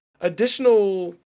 additional